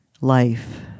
life